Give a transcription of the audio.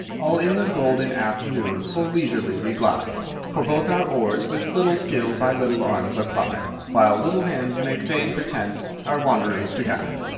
all in the golden afternoon full leisurely we glide for both our oars, with little skill, by little arms are plied, while little hands make vain pretence our wanderings to guide.